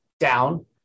down